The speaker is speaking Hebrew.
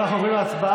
אנחנו עוברים להצבעה.